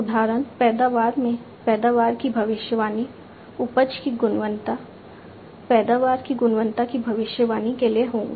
उदाहरण पैदावार में पैदावार की भविष्यवाणी उपज की गुणवत्ता पैदावार की गुणवत्ता की भविष्यवाणी के लिए होंगे